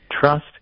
trust